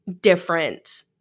different